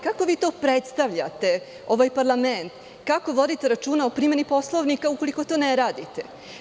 Kako vi to predstavljate ovaj parlament, kako vodite računa o primeni Poslovnika, ukoliko to ne radite.